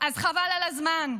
חבל על הזמן,